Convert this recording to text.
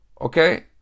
Okay